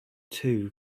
two